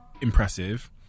impressive